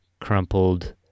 crumpled